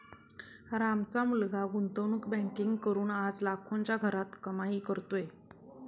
रामचा मुलगा गुंतवणूक बँकिंग करून आज लाखोंच्या घरात कमाई करतोय